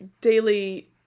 daily